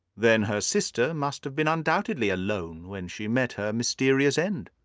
then her sister must have been undoubtedly alone when she met her mysterious end.